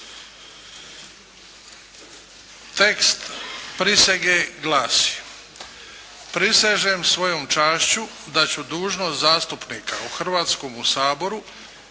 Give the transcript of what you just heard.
Tekst prisege glasi: "Prisežem svojom čašću da ću dužnost zastupnika u Hrvatskom saboru